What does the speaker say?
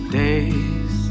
days